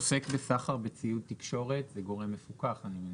עוסק בסחר בציוד תקשורת זה גורם מפוקח אני מניח.